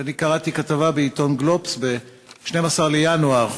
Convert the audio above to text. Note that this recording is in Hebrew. אני קראתי כתבה בעיתון "גלובס" ב-12 בינואר